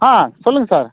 ஆ சொல்லுங்கள் சார்